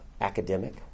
academic